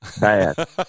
bad